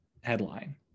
headline